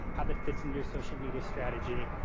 how that fits into your social media strategy.